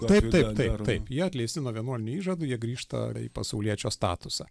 taip taip taip taip jie atleisti nuo vienuolinių įžadų jie grįžta į pasauliečio statusą